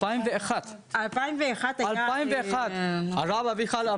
בשנת 2001. הרב אביחיל,